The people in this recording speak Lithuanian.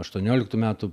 aštuonioliktų metų